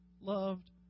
loved